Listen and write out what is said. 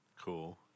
cool